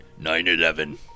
9-11